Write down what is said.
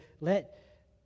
Let